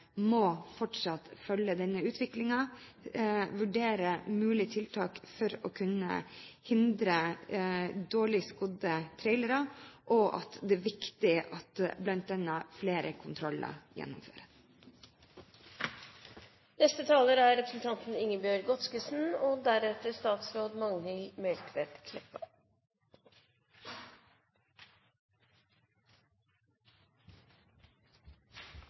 må følge denne utviklingen og vurdere mulige tiltak for å kunne hindre dårlig skodde trailere, og at det er viktig at bl.a. flere kontroller gjennomføres. Utenlandske trailere er